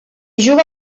juga